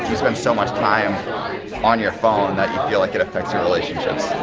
spend so much time on your phone that you feel like it affects your relationships.